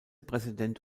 präsident